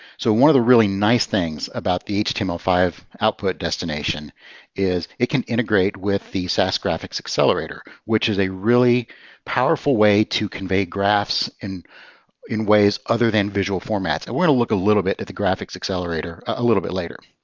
so one of the really nice things about the h t m l five output destination is it can integrate with the sas graphics accelerator, which is a really powerful way to convey graphs in in ways other than visual formats. and we're going to look a little bit at the graphics accelerator a little bit later.